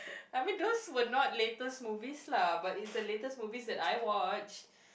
I mean those were not latest movie lah but it's a latest movie that I watched